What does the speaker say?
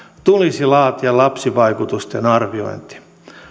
tulisi laatia lapsivaikutusten arviointi